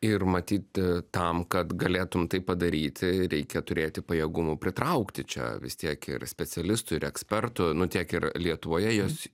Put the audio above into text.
ir matyt tam kad galėtum tai padaryti reikia turėti pajėgumų pritraukti čia vis tiek ir specialistų ir ekspertų nu tiek ir lietuvoje juos